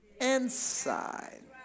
inside